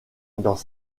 dans